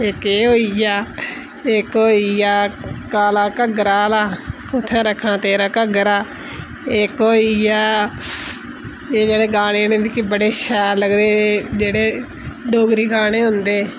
इक ऐ होई गेआ इक होई गेआ काला घग्गरा आह्ला कुत्थै रक्खां तेरा घग्गरा इक होई गेआ एह् जेह्डे़ गाने न बडे शैल लगदे जेह्डे़ डोगरी गाने होंदे